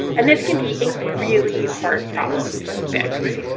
and this can be a really hard problem to fix.